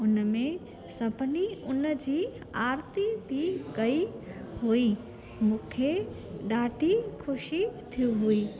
उन में सभिनी उन जी आरती बि कई हुई मूंखे ॾाढी ख़ुशी थी हुई